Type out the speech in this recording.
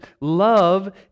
love